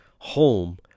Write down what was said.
Home